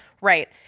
Right